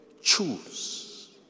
choose